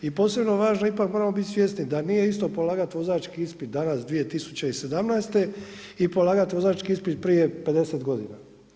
I posebno važno ipak moramo biti svjesni da nije isto polagati vozački ispit danas 2017. i polagati ispit prije 50 godina.